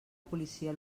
policia